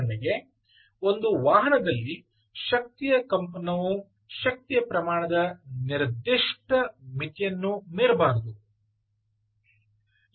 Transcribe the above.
ಉದಾಹರಣೆಗೆ ಒಂದು ವಾಹನದಲ್ಲಿ ಶಕ್ತಿಯ ಕಂಪನವು ಶಕ್ತಿಯ ಪ್ರಮಾಣದ ನಿರ್ದಿಷ್ಟ ಮಿತಿಯನ್ನು ಮೀರಬಾರದು